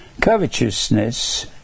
Covetousness